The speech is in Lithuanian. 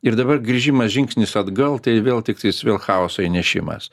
ir dabar grįžimas žingsnis atgal tai vėl tiktais vėl chaoso įnešimas